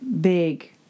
big